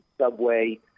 Subway